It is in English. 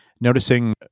noticing